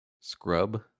Scrub